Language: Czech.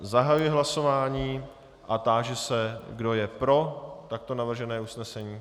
Zahajuji hlasování a táži se, kdo je pro takto navržené usnesení.